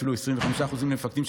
אפילו 25% למפקדים,